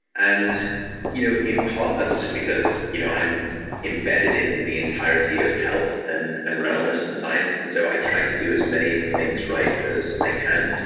and you know in part, that's just because you know i'm embedded in the entirety of health and and wellness and science. and so i try to do as many of the things right as i can.